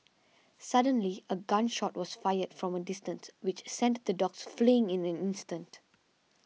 suddenly a gun shot was fired from a distance which sent the dogs fleeing in an instant